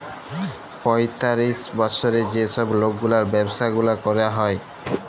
পঁয়তিরিশ বসরের যে ছব লকগুলার ব্যাবসা গুলা ক্যরা হ্যয়